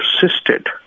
persisted